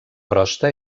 crosta